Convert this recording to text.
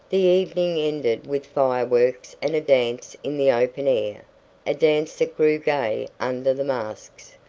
the evening ended with fireworks and a dance in the open air a dance that grew gay under the masks.